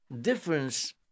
difference